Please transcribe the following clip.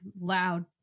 loud